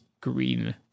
green